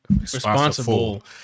responsible